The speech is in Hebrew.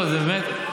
באמת,